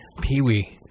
Pee-wee